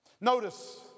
Notice